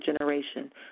generation